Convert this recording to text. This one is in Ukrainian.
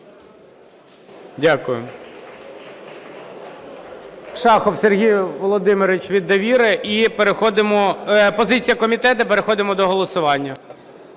Дякую.